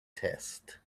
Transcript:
test